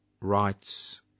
rights